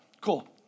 Cool